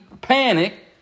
panic